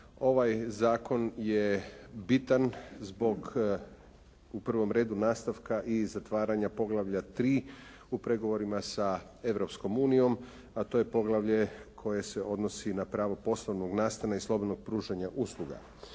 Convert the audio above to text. Ovaj zakon je bitan zbog u prvom redu nastavka i zatvaranja poglavlja III. u pregovorima sa Europskom unijom, a to je poglavlje koje se odnosi na pravo poslovnog nastana i slobodnog pružanja usluga.